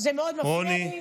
רוני.